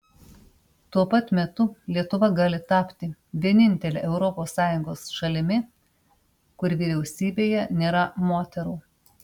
tuo pat metu lietuva gali tapti vienintele europos sąjungos šalimi kur vyriausybėje nėra moterų